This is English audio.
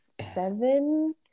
seven